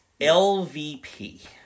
LVP